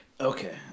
Okay